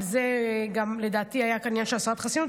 על זה גם לדעתי היה כאן עניין של הסרת חסינות,